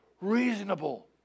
reasonable